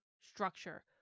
structure